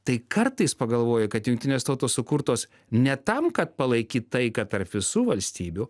tai kartais pagalvoji kad jungtinės tautos sukurtos ne tam kad palaikyt taiką tarp visų valstybių